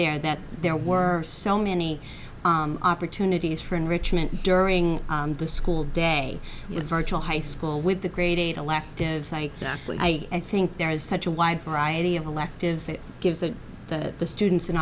there that there were so many opportunities for enrichment during the school day virtual high school with the grade eight electives i think there is such a wide variety of electives that gives that the students an